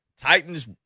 Titans